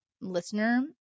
listener